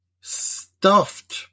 Stuffed